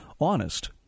honest